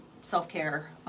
self-care